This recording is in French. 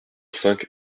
cinq